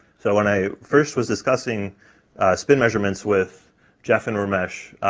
so when i first was discussing spin measurements with jeff and ramesh,